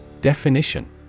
Definition